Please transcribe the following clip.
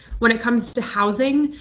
when it comes to housing,